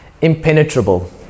impenetrable